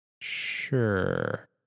Sure